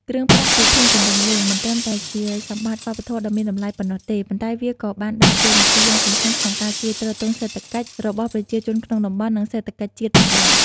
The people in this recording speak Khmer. គ្រឿងប្រាក់ពីភូមិកំពង់ហ្លួង មិនត្រឹមតែជាសម្បត្តិវប្បធម៌ដ៏មានតម្លៃប៉ុណ្ណោះទេ ប៉ុន្តែវាក៏បានដើរតួនាទីយ៉ាងសំខាន់ក្នុងការជួយទ្រទ្រង់សេដ្ឋកិច្ចរបស់ប្រជាជនក្នុងតំបន់ និងសេដ្ឋកិច្ចជាតិផងដែរ។